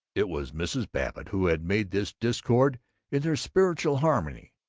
it was mrs. babbitt who had made this discord in their spiritual harmony,